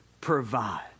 provide